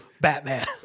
Batman